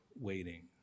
waiting